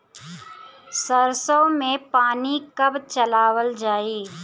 सरसो में पानी कब चलावल जाई?